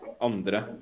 andre